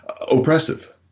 oppressive